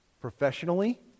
professionally